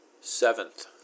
seventh